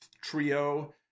trio